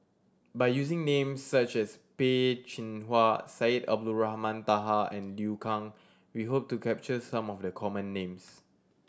by using names such as Peh Chin Hua Syed Abdulrahman Taha and Liu Kang we hope to capture some of the common names